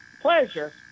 pleasure